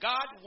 God